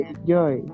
Enjoy